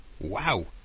Wow